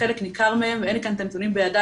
חלק ניכר מהם אין לי כאן את הנתונים בידיי